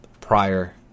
prior